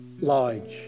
large